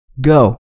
Go